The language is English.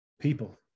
people